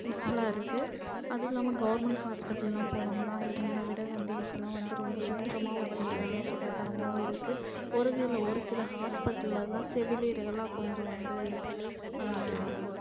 யூஸ்ஃபுல்லாக இருக்குது அதுவும் இல்லாமல் கவர்மெண்ட் ஹாஸ்பிடல்லாம் போனோம்னால் முன்னே விட வந்து இப்போலாம் வந்து ரொம்ப சுத்தமாக வச்சுருக்காங்க சுகாதாரமாகவும் இருக்குது ஒரு ஒரு சில ஹாஸ்பிட்டலில் தான் செவிலியர்கள்லாம் கொஞ்சம் வந்து